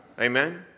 Amen